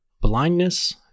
blindness